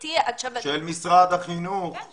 משרד החינוך הוא